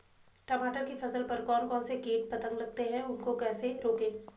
टमाटर की फसल पर कौन कौन से कीट पतंग लगते हैं उनको कैसे रोकें?